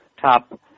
top